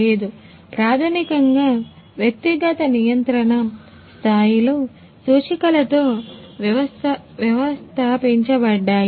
లేదు ప్రాథమికంగా వ్యక్తిగత నియంత్రణ స్థాయిలు సూచికలతో వ్యవస్థాపించబడ్డాయి